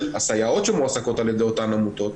הסייעות שמועסקות על ידי אותן עמותות,